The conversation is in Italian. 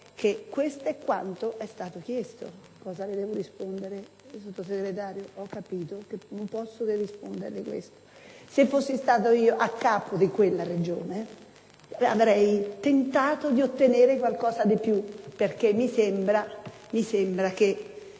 che questo è quanto è stato chiesto. Cosa devo rispondere, Sottosegretario? Ho capito che non posso che rispondere questo. Se fossi stato io a capo di quella Regione, avrei tentato di ottenere qualcosa di più, perché mi sembra che